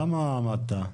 למה עמדת?